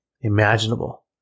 imaginable